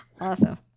awesome